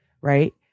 right